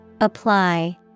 Apply